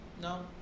no